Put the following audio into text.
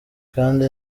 kandi